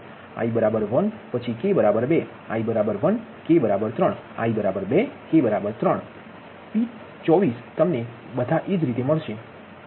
i 1 પછી k 2 i 1 k 3 i 2 k 3 P24 તમને બધા એ જ રીતે મળશે